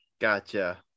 Gotcha